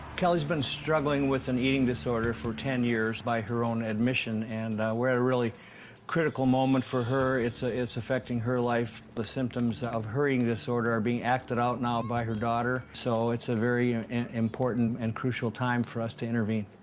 kelly's been struggling with an eating disorder for ten years by her own admission, and we're at a really critical moment for her. it's ah it's affecting her life. the symptoms of her eating disorder are being acted out now by her daughter, so it's a very important and crucial time for us to intervene.